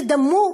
תדמו,